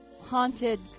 haunted